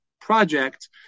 project